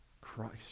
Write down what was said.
Christ